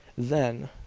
then,